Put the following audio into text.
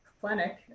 clinic